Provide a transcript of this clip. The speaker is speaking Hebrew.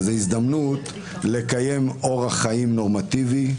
איזו הזדמנות לקיים אורח חיים נורמטיבי,